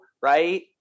right